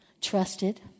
trusted